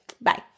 bye